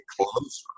closer